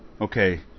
Okay